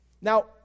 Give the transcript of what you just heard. Now